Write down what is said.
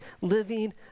living